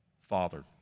Father